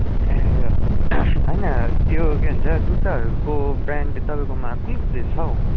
होइन त्यो के भन्छ जुत्ताहरूको ब्रान्ड तपाईँकोमा कुन कुन चाहिँ छ हौ